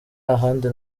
ahandi